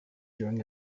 during